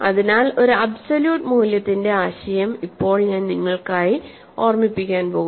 അതിനാൽ ഒരു അബ്സോല്യൂട്ട് മൂല്യത്തിന്റെ ആശയം ഇപ്പോൾ ഞാൻ നിങ്ങൾക്കായി ഓർമിപിക്കാൻ പോകുന്നു